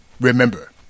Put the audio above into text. remember